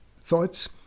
thoughts